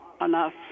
enough